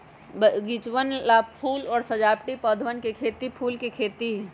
बगीचवन ला फूल और सजावटी पौधवन के खेती फूल के खेती है